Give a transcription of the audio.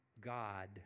God